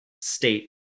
state